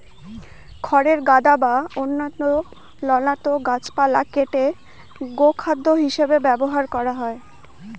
খড়ের গাদা বা অন্যান্য লতানো গাছপালা কেটে গোখাদ্য হিসাবে ব্যবহার করা হয়